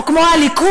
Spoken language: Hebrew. או כמו הליכוד,